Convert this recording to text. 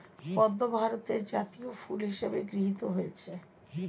পদ্ম ভারতের জাতীয় ফুল হিসেবে গৃহীত হয়েছে